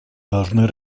должны